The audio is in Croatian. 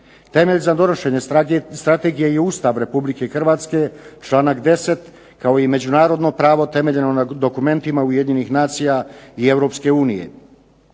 Temelj za donošenje strategije je Ustav Republike Hrvatske članak 10. kao i međunarodno pravo temeljeno na dokumentima Ujedinjenih nacija i Europske unije.